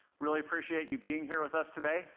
really appreciate you being here with us today.